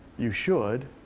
you should.